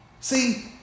See